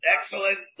Excellent